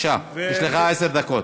בבקשה, יש לך עשר דקות.